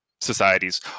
societies